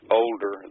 older